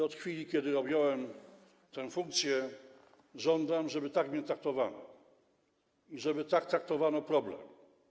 Od chwili, kiedy objąłem tę funkcję, żądam, żeby tak mnie traktowano i żeby tak traktowano ten problem.